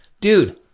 dude